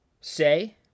say